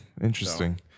interesting